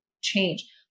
change